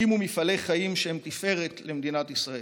והקימו מפעלי חיים שהם תפארת למדינת ישראל.